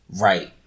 right